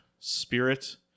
spirit